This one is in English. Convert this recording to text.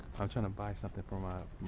i'm trying to buy something for um um